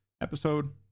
episode